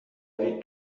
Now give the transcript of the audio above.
روی